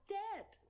dead